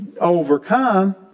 overcome